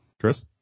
Chris